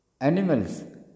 Animals